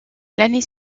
l’année